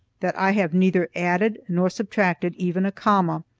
that i have neither added nor subtracted, even a comma,